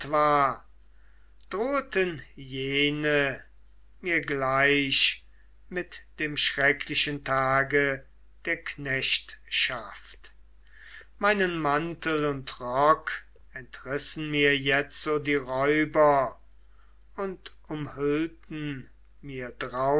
droheten jene mir gleich mit dem schrecklichen tage der knechtschaft meinen mantel und rock entrissen mir jetzo die räuber und umhüllten mir